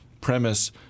premise